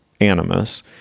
animus